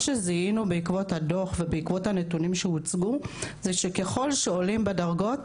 מה שזיהינו בעקבות הדוח ובעקבות הנתונים שהוצגו זה שככל שעולים בדרגות,